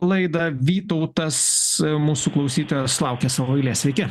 laidą vytautas mūsų klausytojas laukia savo eilės sveiki